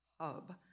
hub